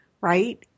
Right